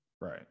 Right